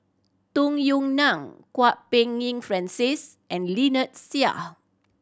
Tung Yue Nang Kwok Peng Yin Francis and Lynnette Seah